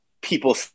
people